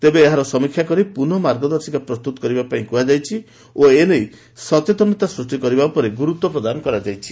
ତେବେ ଏହାର ସମୀକ୍ଷା କରି ପୁନଃ ମାର୍ଗଦର୍ଶିକା ପ୍ରସ୍ତୁତ କରିବାପାଇଁ କୁହାଯାଇଛି ଓ ଏ ନେଇ ସଚେତନତା ସୃଷ୍ଟି କରିବା ଉପରେ ଗୁରୁତ୍ୱ ପ୍ରଦାନ କରାଯାଇଛି